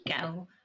go